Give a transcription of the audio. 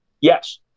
Yes